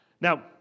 Now